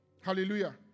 Hallelujah